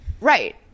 Right